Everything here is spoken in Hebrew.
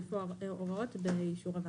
ולהוסיף הוראות באישור הוועדה.